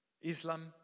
Islam